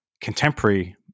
contemporary